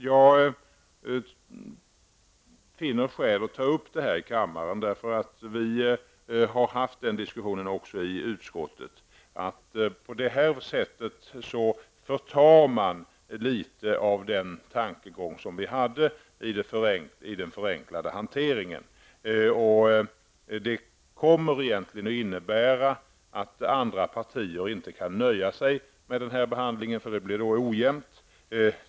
Jag finner skäl att ta upp detta i kammaren, eftersom vi fört en diskussion om detta också i utskottet. På detta sätt förtar man något av den tankegång som låg bakom den förenklade hanteringen. Detta kommer egentligen att innebära att de andra partierna inte kan nöja sig med denna behandling, eftersom det då blir ojämnt.